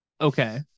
Okay